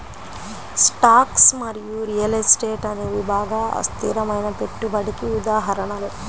stocks మరియు real estate అనేవి బాగా అస్థిరమైన పెట్టుబడికి ఉదాహరణలు